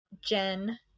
Jen